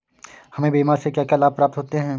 हमें बीमा से क्या क्या लाभ प्राप्त होते हैं?